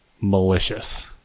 malicious